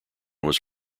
was